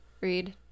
read